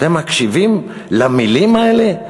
אתם מקשיבים למילים האלה?